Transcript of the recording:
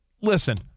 Listen